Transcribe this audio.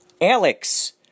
Alex